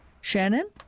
Shannon